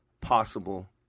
possible